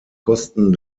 kosten